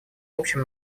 общим